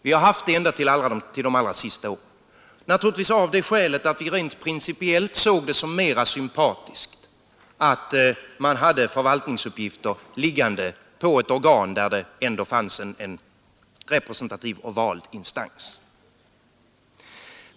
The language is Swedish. Vi har haft det ända till de allra senaste åren — naturligtvis av det skälet att vi rent principiellt såg det som mera sympatiskt att man hade förvaltningsuppgifter liggande på ett organ där det ändå fanns en representativ och vald instans.